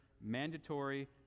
mandatory